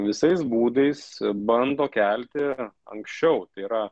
visais būdais bando kelti anksčiau tai yra